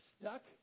Stuck